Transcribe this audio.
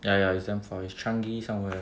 ya ya it's damn far it's changi somewhere